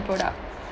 product